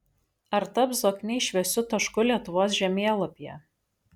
ar taps zokniai šviesiu tašku lietuvos žemėlapyje